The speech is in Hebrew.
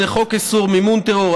חוק איסור מימון טרור,